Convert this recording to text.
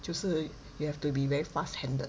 就是 you have to be very fast handed